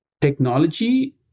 technology